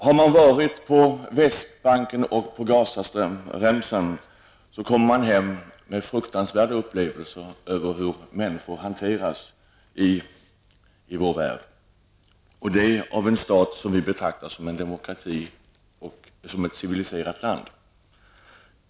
När man har varit på Västbanken och på Gazaremsan kommer man hem med fruktansvärda upplevelser av hur människor hanteras i vår värld, och det av en stat som vi betraktar som en demokrati och som ett civiliserat land.